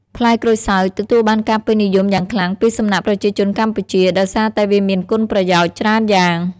ផ្លែក្រូចសើចទទួលបានការពេញនិយមយ៉ាងខ្លាំងពីសំណាក់ប្រជាជនកម្ពុជាដោយសារតែវាមានគុណប្រយោជន៍ច្រើនយ៉ាង។